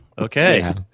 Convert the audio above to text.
Okay